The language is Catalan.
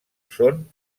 són